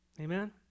Amen